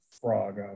frog